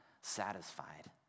satisfied